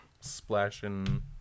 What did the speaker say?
splashing